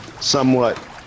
somewhat